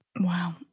Wow